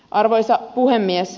arvoisa puhemies